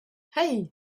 hey